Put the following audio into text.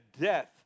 Death